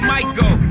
Michael